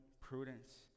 prudence